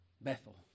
Bethel